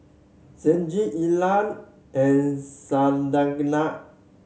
Saige Illa and Santana